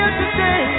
today